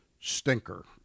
stinker